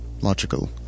logical